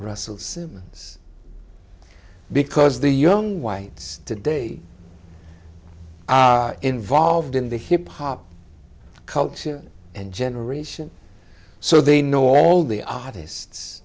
russell simmons because the young whites today are involved in the hip hop culture and generation so they know all the artists